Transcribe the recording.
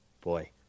boy